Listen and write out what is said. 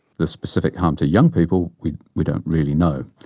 the specific harm to young people we we don't really know.